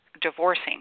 divorcing